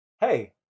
hey